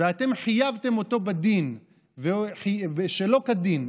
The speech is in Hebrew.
ואתם חייבתם אותו בדין שלא כדין,